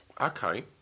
Okay